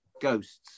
ghosts